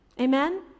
Amen